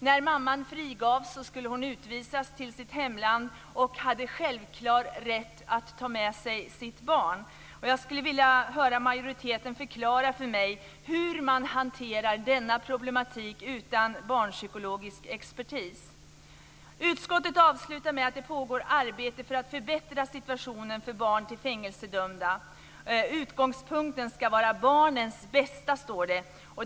När mamman frigavs skulle hon utvisas till sitt hemland och hade självklar rätt att ta med sig sitt barn. Jag skulle vilja höra majoriteten förklara för mig hur man hanterar denna problematik utan barnpsykologisk expertis. Utskottet avslutar med att säga att det pågår ett arbete för att förbättra situationen för barn till fängelsedömda. Utgångspunkten ska vara barnens bästa, står det.